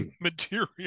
material